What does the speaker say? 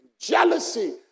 jealousy